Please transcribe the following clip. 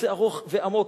נושא ארוך ועמוק.